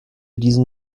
diesen